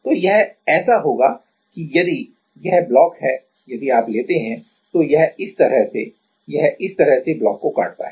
तो यह ऐसा होगा कि यदि यह ब्लॉक है यदि आप लेते हैं तो यह इस तरह है यह इस तरह से ब्लॉक को काटता है